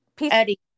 Eddie